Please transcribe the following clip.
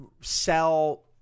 sell